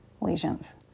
lesions